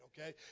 okay